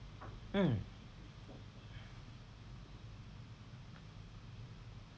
mm